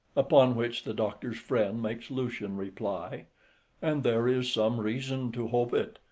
upon which the doctor's friend makes lucian reply and there is some reason to hope it,